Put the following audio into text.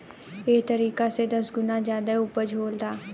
एह तरीका से दस गुना ज्यादे ऊपज होता